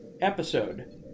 episode